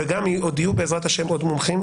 ועוד יהיו בעזרת השם עוד מומחים,